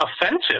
offensive